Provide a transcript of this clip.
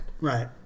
Right